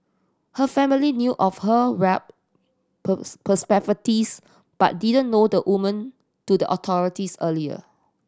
her family knew of her warped perspectives but didn't know the woman to the authorities earlier